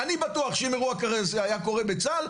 אני בטוח שאם אירוע כזה זה היה קורה בצה"ל,